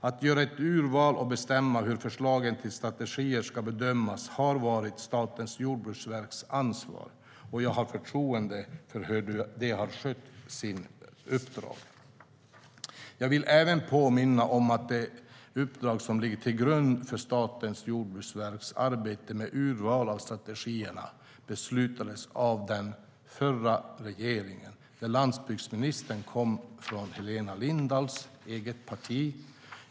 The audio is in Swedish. Att göra ett urval och bestämma hur förslagen till strategier ska bedömas har varit Statens jordbruksverks ansvar, och jag har förtroende för hur de har skött sitt uppdrag. Jag vill även påminna om att det uppdrag som ligger till grund för Statens jordbruksverks arbete med urval av strategier beslutades av den förra regeringen, där landsbygdsministern kom från Helena Lindahls eget parti.